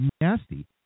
nasty